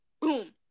Boom